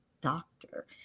doctor